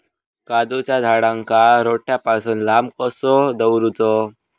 काजूच्या झाडांका रोट्या पासून लांब कसो दवरूचो?